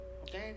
Okay